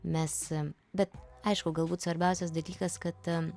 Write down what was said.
mes bet aišku galbūt svarbiausias dalykas kad